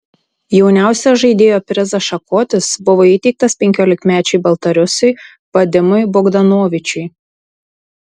jauniausio žaidėjo prizas šakotis buvo įteiktas penkiolikmečiui baltarusiui vadimui bogdanovičiui